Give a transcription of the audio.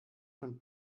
von